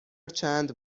چند